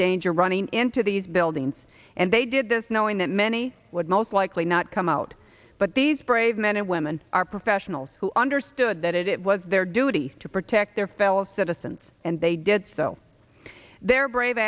danger running into these buildings and they did this knowing that many would most likely not come out but these brave men and women are professionals who understood that it was their duty to protect their fellow citizens and they did so their brave